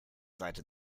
seite